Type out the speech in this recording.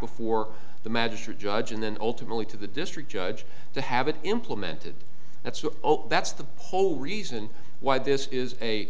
before the magistrate judge and then ultimately to the district judge to have it implemented that's that's the whole reason why this is a